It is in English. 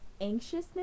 anxiousness